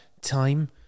time